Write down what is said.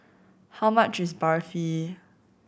how much is Barfi